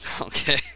Okay